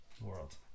world